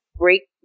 Break